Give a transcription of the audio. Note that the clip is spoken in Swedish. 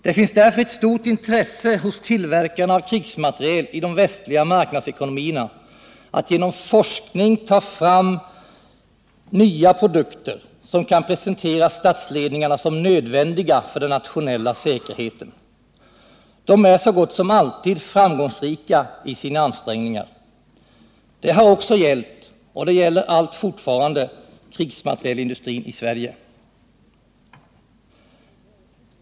Det finns därför ett stort intresse hos tillverkarna av krigsmateriel i de västliga marknadsekonomierna att genom forskning ta fram nya produkter, som kan presenteras statsledningarna som nödvändiga för den nationella säkerheten. De är så gott som alltid framgångsrika i sina ansträngningar. Det har också gällt och gäller fortfarande krigsmaterielindustrin i Sverige.